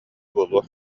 буолуо